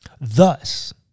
Thus